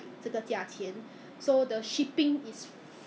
sixty nine dollars 你那是都五十多块了 !alamak!